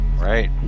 Right